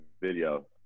video